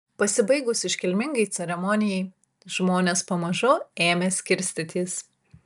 pasibaigus iškilmingai ceremonijai žmonės pamažu ėmė skirstytis